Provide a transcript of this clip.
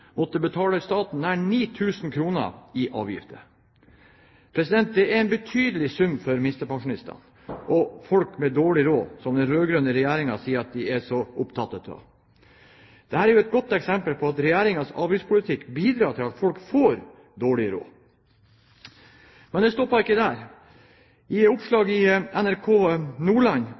måtte betale staten nær 9 000 kr i avgifter, ifølge NRK Hordaland. Det er en betydelig sum for en minstepensjonist og folk med dårlig råd – slike som den rød-grønne regjeringen sier de er så opptatt av. Dette er et godt eksempel på at Regjeringens avgiftspolitikk bidrar til at folk får dårlig råd. Men det stopper ikke der. I et oppslag i NRK Nordland